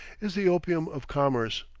is the opium of commerce.